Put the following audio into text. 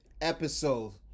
episode